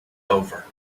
over